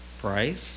price